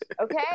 Okay